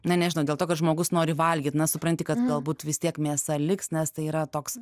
na nežinau dėl to kad žmogus nori valgyt na supranti kad galbūt vis tiek mėsa liks nes tai yra toks